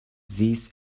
these